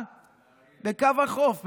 בקו החוף,